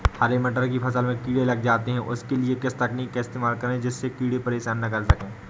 हरे मटर की फसल में कीड़े लग जाते हैं उसके लिए किस तकनीक का इस्तेमाल करें जिससे कीड़े परेशान ना कर सके?